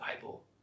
Bible